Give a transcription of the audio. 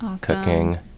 cooking